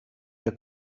der